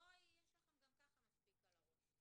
בואי, יש לכם גם ככה מספיק על הראש.